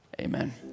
Amen